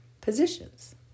positions